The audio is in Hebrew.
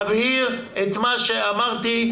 תבהיר את מה שאמרתי,